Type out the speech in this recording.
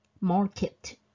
Market